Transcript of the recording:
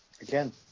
Again